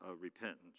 repentance